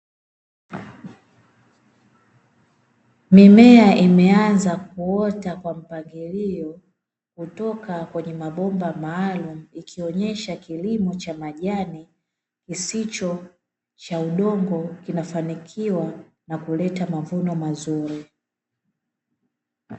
Mimea imeanza kuota kwa mpangilio kutoka kwenye mabomba maalumu, ikionyesha kilimo cha majani kisicho cha udongo kinafanikiwa na kuleta mavuno mazuri.